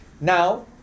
Now